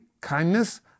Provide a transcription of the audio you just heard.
kindness